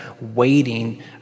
waiting